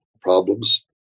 problems